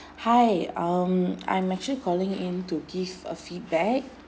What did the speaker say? hi um I'm actually calling in to give a feedback